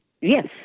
Yes